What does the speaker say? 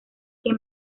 que